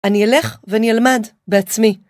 אני אלך ואני אלמד בעצמי.